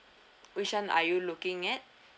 which one are you looking at